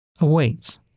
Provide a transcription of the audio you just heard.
awaits